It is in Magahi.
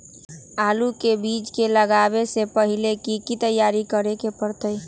आलू के बीज के लगाबे से पहिले की की तैयारी करे के परतई?